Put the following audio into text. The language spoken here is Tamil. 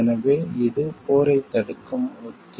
எனவே இது போரைத் தடுக்கும் உத்தி